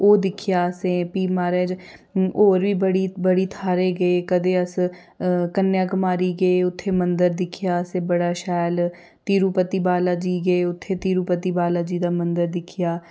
ओह् दिक्खेआ असें प्ही महाराज होर बी बड़ी बड़ी थाह्रें गे कदें अस कन्याकुमारी गे उत्थै मंदर दिक्खेआ असें बडा शैल तिरुपति बालाजी गे उत्थै तिरुपति बालाजी दा मंदर दिक्खेआ